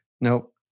Nope